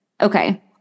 Okay